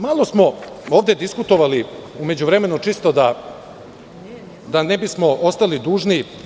Malo smo ovde diskutovali u međuvremenu, čisto da ne bismo ostali dužni.